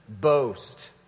boast